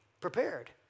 prepared